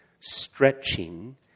stretching